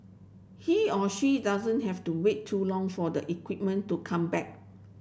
he or she doesn't have to wait too long for the equipment to come back